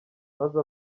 maze